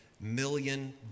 million